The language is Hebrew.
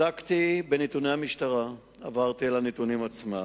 בדקתי בנתוני המשטרה, עברתי על הנתונים עצמם,